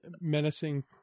menacing